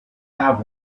have